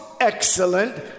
excellent